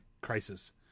crisis